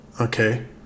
okay